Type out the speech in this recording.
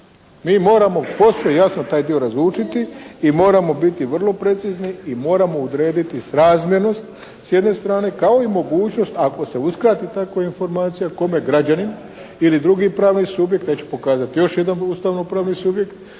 Mi moramo posve jasno taj dio razlučiti i moramo biti vrlo precizni i moramo odrediti srazmjernost s jedne strane kao i mogućnost ako se uskladi takva informacija kome građanin ili drugi pravni subjekt, neću pokazati još jedan ustavno-pravni subjekt,